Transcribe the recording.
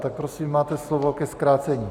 Tak prosím, máte slovo ke zkrácení.